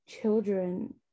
children